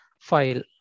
file